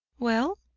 well?